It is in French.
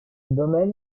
domaine